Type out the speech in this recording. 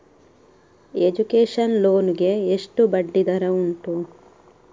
Education loan ಗೆ ಎಷ್ಟು ಬಡ್ಡಿ ದರ ಉಂಟು?